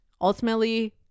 ultimately